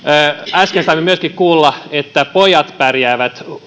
äsken saimme myöskin kuulla että pojat pärjäävät